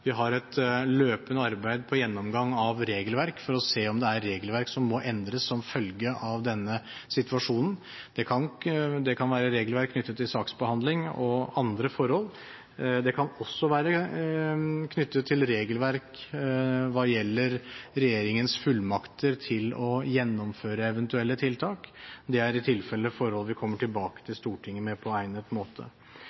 Vi har et løpende arbeid på gjennomgang av regelverk for å se om det er regelverk som må endres som følge av denne situasjonen. Det kan være regelverk knyttet til saksbehandling og andre forhold. Det kan også være knyttet til regelverk hva gjelder regjeringens fullmakter til å gjennomføre eventuelle tiltak. Det er i tilfelle forhold vi kommer tilbake til Stortinget med på egnet måte.